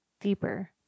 deeper